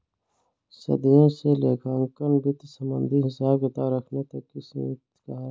सदियों से लेखांकन वित्त संबंधित हिसाब किताब रखने तक ही सीमित रहा